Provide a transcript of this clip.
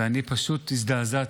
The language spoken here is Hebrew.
אני פשוט הזדעזעתי.